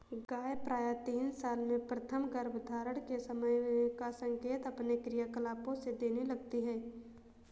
गाय प्रायः तीन साल में प्रथम गर्भधारण के समय का संकेत अपने क्रियाकलापों से देने लगती हैं